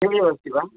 एवमेव अस्ति वा